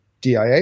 DIA